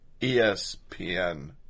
ESPN